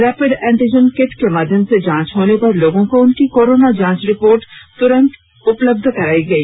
rapid antigen kit के माध्यम से जांच होने पर लोगों को उनकी कोरोना जांच रिपोर्ट तुरंत उपलब्ध कराई गई